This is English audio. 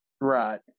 Right